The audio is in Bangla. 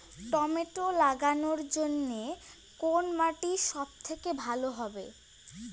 টমেটো লাগানোর জন্যে কোন মাটি সব থেকে ভালো হবে?